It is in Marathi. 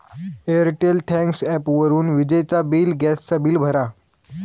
एअरटेल थँक्स ॲपवरून विजेचा बिल, गॅस चा बिल भरा